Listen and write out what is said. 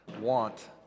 want